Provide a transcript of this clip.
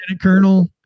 Colonel